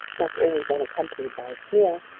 not always unaccompanied by a sneer,